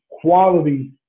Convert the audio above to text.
quality